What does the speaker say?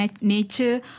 nature